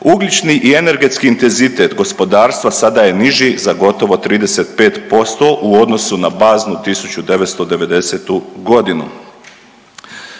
Ugljični i energetski intenzitet gospodarstva sada je niži za gotovo 35% u odnosu na baznu 1990. godinu.